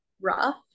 rough